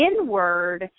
inward